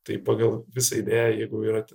tai pagal visą idėją jeigu yra